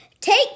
Take